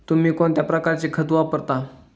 तुम्ही कोणत्या प्रकारचे खत वापरता?